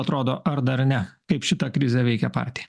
atrodo ar dar ne kaip šita krizė veikia patį